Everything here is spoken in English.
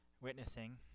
witnessing